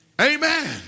Amen